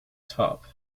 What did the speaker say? top